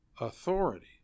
authority